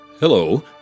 Hello